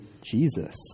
Jesus